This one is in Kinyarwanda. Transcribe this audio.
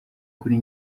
kuri